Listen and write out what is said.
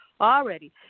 already